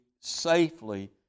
safely